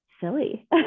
silly